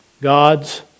God's